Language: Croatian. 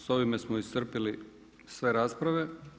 Sa ovime smo iscrpili sve rasprave.